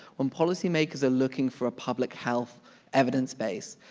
when policy makers are looking for a public health evidence base,